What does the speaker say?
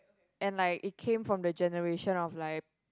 and like it came from the generation of like